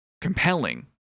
compelling